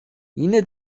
yine